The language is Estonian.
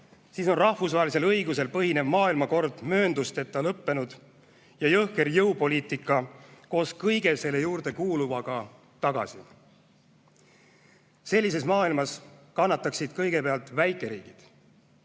siis on rahvusvahelisel õigusel põhinev maailmakord mööndusteta lõppenud ja jõhker jõupoliitika koos kõige selle juurde kuuluvaga tagasi. Sellises maailmas kannataksid kõigepealt väikeriigid.